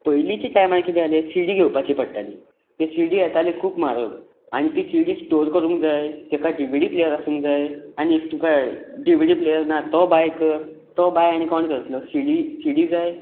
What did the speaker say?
पयलींच्या टायमार कितें जालें सिडी घेवपाची पडटाली ते सिडी येताल्यो खूब म्हारग आनी ती सिडी स्टोर करूंक जाय ताका डिविडी प्लेयर आसूंक जाय आनी इफ तुका डिविडी प्लेयर ना तो बाय कर तो बाय आनी कोण करतलो सिडी सिडी जाय